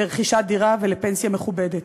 לרכישת דירה ולפנסיה מכובדת,